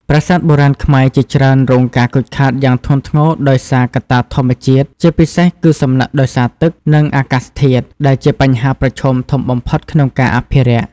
ប្រាសាទបុរាណខ្មែរជាច្រើនរងការខូចខាតយ៉ាងធ្ងន់ធ្ងរដោយសារកត្តាធម្មជាតិ ជាពិសេសគឺសំណឹកដោយសារទឹក និងអាកាសធាតុ ដែលជាបញ្ហាប្រឈមធំបំផុតក្នុងការអភិរក្ស។